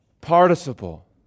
participle